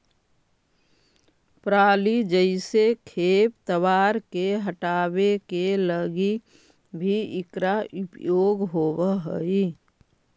पराली जईसे खेप तवार के हटावे के लगी भी इकरा उपयोग होवऽ हई